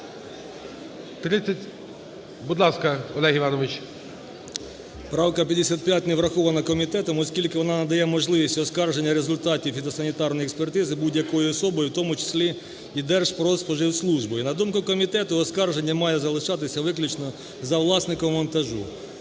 Правка 55 не врахована комітетом, оскільки вона надає можливість оскарження результатів фітосанітарної експертизи будь-якою особою, у тому числі і Держпродспоживслужбою. І, на думку комітету, оскарження має залишатися виключно за власником вантажу.